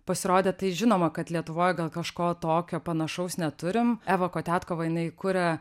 pasirodė tai žinoma kad lietuvoj gal kažko tokio panašaus neturim eva kotetkova jinai kuria